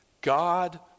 God